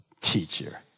teacher